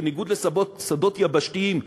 בניגוד לשדות יבשתיים,